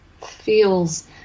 feels